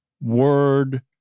word